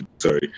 sorry